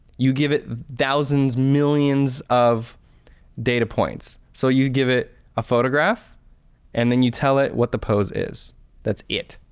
you give it thousands, millions of data points so you give it a photograph and then you tell it what the pose is that's it.